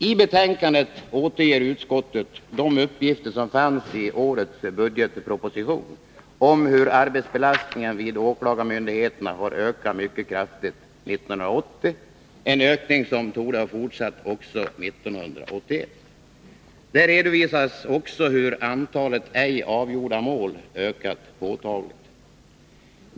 I betänkandet återger utskottet de uppgifter som fanns i årets budgetproposition om hur arbetsbelastningen vid åklagarmyndigheten har ökat mycket kraftigt 1980 — en ökning som torde ha fortsatt också 1981. Där redovisas också hur antalet ej avgjorda mål har ökat påtagligt.